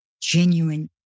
genuine